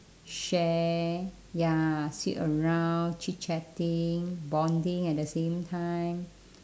share ya sit around chitchatting bonding at the same time